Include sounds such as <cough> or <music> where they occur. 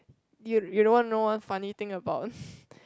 you you don't want know one funny thing about <breath>